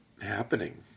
happening